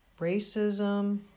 racism